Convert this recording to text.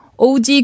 OG